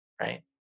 right